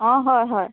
অঁ হয় হয়